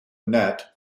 net